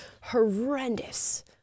horrendous